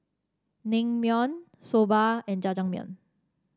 Naengmyeon Soba and Jajangmyeon